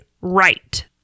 right